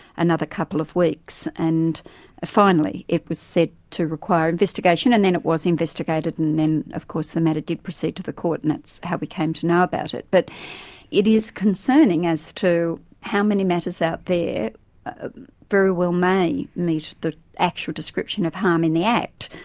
another couple of weeks, and finally it was said to require investigation, and then it was investigated and then of course the matter did proceed to the court, and that's how we came to know about it. but it is concerning as to how many matters out there ah very well may meet the actual description of harm in the act,